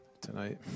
tonight